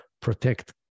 protect